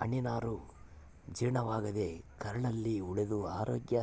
ಹಣ್ಣಿನನಾರು ಜೀರ್ಣವಾಗದೇ ಕರಳಲ್ಲಿ ಉಳಿದು ಅರೋಗ್ಯ